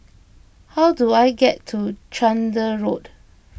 how do I get to Chander Road